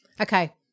Okay